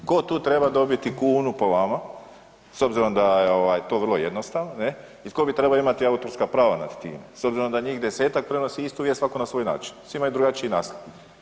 Tko tu treba dobiti kunu po vama s obzirom da je ovaj to vrlo jednostavno ne, i tko bi trebao imati autorska prava nad time s obzirom da njih 10-tak prenosi istu vijest svako na svoj način, svi imaju drugačiji naslov.